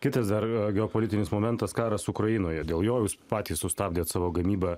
kitas dar geopolitinis momentas karas ukrainoje dėl jo jūs patys sustabdėt savo gamybą